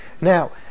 Now